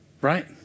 Right